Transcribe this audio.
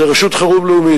רשות חירום לאומית,